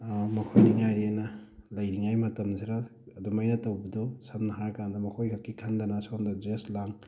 ꯃꯈꯣꯏꯅꯤ ꯃꯉꯥꯏꯔꯦꯅ ꯂꯩꯔꯤꯉꯩ ꯃꯇꯝꯁꯤꯗ ꯑꯗꯨꯃꯥꯏꯅ ꯇꯧꯕꯗꯨ ꯁꯝꯅ ꯍꯥꯏꯀꯥꯟꯗ ꯃꯈꯣꯏꯈꯛꯀꯤ ꯈꯟꯗꯅ ꯁꯣꯝꯗꯅ ꯖꯁ ꯂꯥꯏꯛ